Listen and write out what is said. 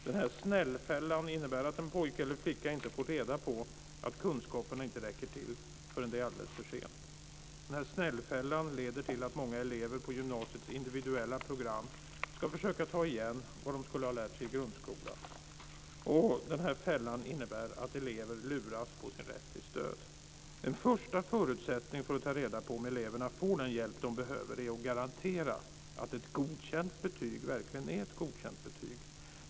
Den här snällfällan innebär att en pojke eller en flicka inte får reda på att kunskaperna inte räcker till förrän det är alldeles för sent. Snällfällan leder till att många elever på gymnasiets individuella program ska försöka ta igen vad de skulle ha lärt sig i grundskolan. Och den här fällan innebär att elever luras på sin rätt till stöd. En första förutsättning för att ta reda på om eleverna får den hjälp som de behöver är att man garanterar att ett godkänt betyg verkligen är ett godkänt betyg.